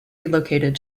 relocated